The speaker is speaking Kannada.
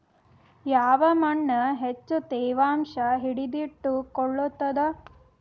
ಯಾವ್ ಮಣ್ ಹೆಚ್ಚು ತೇವಾಂಶ ಹಿಡಿದಿಟ್ಟುಕೊಳ್ಳುತ್ತದ?